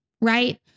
right